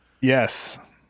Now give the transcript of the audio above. Yes